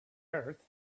earth